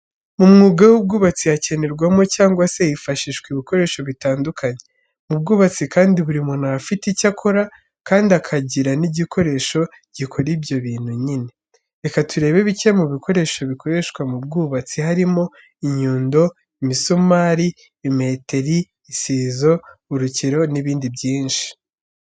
Mu mwuga w'ubwubatsi hakenerwamo cyangwa se hifashisha ibikoresho bitandukanye. Mu bwubatsi kandi buri muntu aba afite icyo akora kandi akagira n'igikoresho gikora ibyo bintu nyine. Reka turebe bike mu bikoresho bikoreshwa mu bwubatsi, harimo, inyundo, imisumari, imeteri, isizo, urukero n'ibindi byinshi.